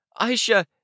Aisha